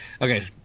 Okay